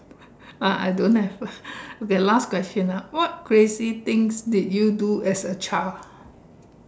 ah I don't have lah okay last question ah what crazy things did you do as a child